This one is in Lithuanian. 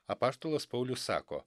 apaštalas paulius sako